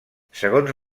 segons